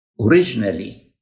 originally